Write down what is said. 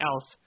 else